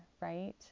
right